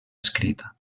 escrita